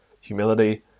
humility